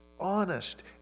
honest